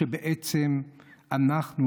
שאנחנו,